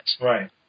Right